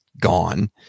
gone